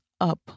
up